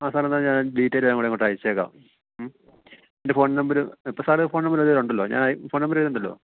ആ സാറെന്നാ ഞാൻ ഡീറ്റൈൽ ഞാന് അങ്ങോട്ട് അങ്ങോട്ടയച്ചേക്കാം മ്മ് എൻ്റെ ഫോൺ നമ്പര് ഇപ്പോള് സാര് ഫോൺ നമ്പര് ഇതിലുണ്ടല്ലോ ഞാന് ഫോൺ നമ്പര് ഇതിലുണ്ടല്ലോ